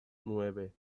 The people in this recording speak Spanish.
nueve